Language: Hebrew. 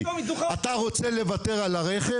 אתה רוצה לוותר על הרכב?